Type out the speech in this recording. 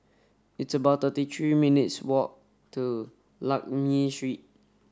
it's about thirty three minutes' walk to Lakme Street